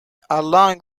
along